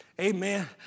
Amen